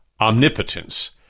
omnipotence